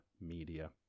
media